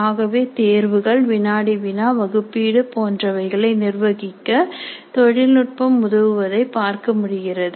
ஆகவே சோதனைகள் வினாடி வினா வகுப்பீடு போன்றவைகளை நிர்வகிக்க தொழில்நுட்பம் உதவுவதை பார்க்க முடிகிறது